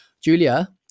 Julia